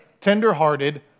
tenderhearted